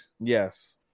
Yes